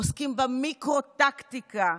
עוסקים במיקרו-טקטיקה.